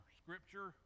scripture